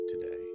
today